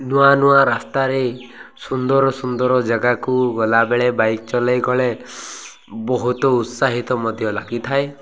ନୂଆ ନୂଆ ରାସ୍ତାରେ ସୁନ୍ଦର ସୁନ୍ଦର ଜାଗାକୁ ଗଲାବେଳେ ବାଇକ୍ ଚଲାଇ ବହୁତ ଉତ୍ସାହିତ ମଧ୍ୟ ଲାଗିଥାଏ